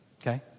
okay